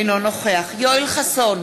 אינו נוכח יואל חסון,